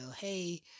Hey